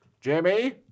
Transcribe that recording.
Jimmy